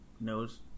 knows